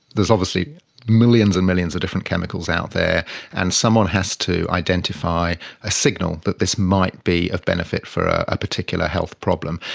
obviously millions and millions of different chemicals out there and someone has to identify a signal that this might be of benefit for a particular health problem.